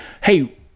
hey